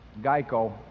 GEICO